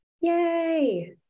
Yay